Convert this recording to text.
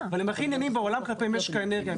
אבל הם הכי ענייניים בעולם כלפי משק האנרגיה.